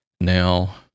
Now